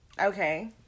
Okay